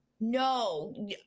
No